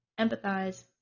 empathize